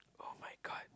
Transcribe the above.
[oh]-my-god